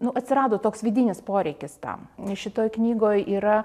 nu atsirado toks vidinis poreikis tam nes šitoj knygoj yra